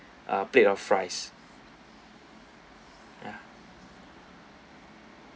a plate of fries ya